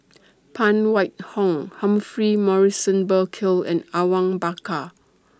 Phan Wait Hong Humphrey Morrison Burkill and Awang Bakar